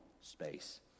space